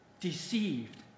deceived